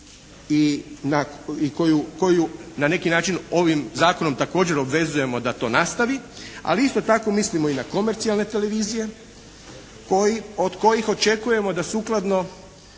i koju na neki način ovim zakonom također obvezujemo da to nastavi. Ali isto tako mislimo i na komercijalne televizije koji, od koji očekujemo da sukladno